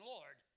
Lord